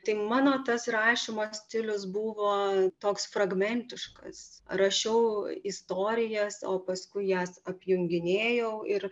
tai mano tas rašymo stilius buvo toks fragmentiškas rašiau istorijas o paskui jas apjunginėjau ir